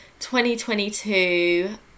2022